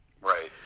Right